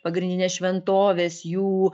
pagrindinės šventovės jų